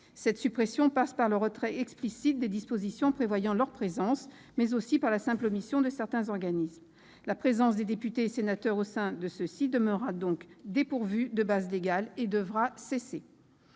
Cette suppression passe évidemment par le retrait explicite des dispositions prévoyant leur présence, mais aussi par la simple omission de certains organismes. La présence des députés et sénateurs au sein de ces derniers demeurera donc dépourvue de base légale et devra cesser.